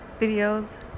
videos